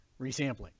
resampling